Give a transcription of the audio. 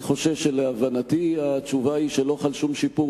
אני חושש שלהבנתי התשובה היא שלא חל שום שיפור,